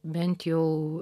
bent jau